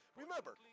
Remember